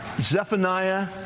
Zephaniah